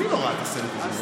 מי לא ראה את הסרט הזה?